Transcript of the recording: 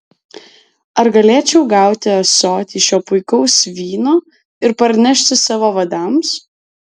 ar galėčiau gauti ąsotį šio puikaus vyno ir parnešti savo vadams